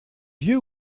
vieux